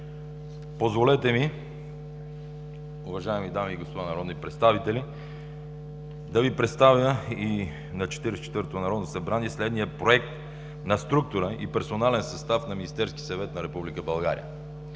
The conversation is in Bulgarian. Позволете ми, уважаеми дами и господа народни представители, да представя на Четиридесет и четвъртото народно събрание следния проект на структура и персонален състав на Министерския съвет на